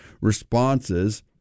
responses